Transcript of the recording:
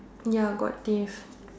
ya got teeth